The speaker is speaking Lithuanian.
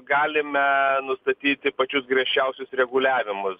galime nustatyti pačius griežčiausius reguliavimus